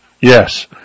Yes